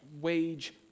wage